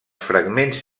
fragments